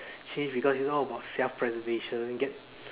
change because it is all about self preservation get